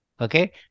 okay